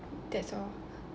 that's all